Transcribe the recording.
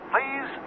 Please